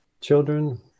Children